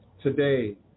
Today